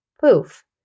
poof